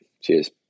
Cheers